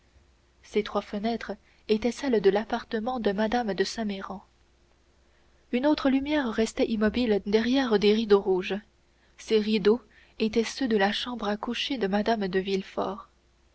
ces trois fenêtres étaient celles de l'appartement de mme de saint méran une autre lumière restait immobile derrière des rideaux rouges ces rideaux étaient ceux de la chambre à coucher de mme de